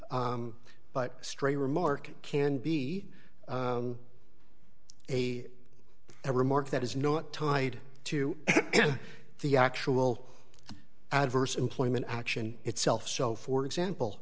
but stray remark can be a remark that is not tied to the actual adverse employment action itself so for example